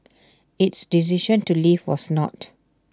its decision to leave was not